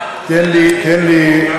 אדוני.